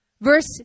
Verse